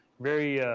very